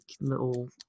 little